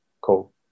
cool